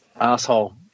asshole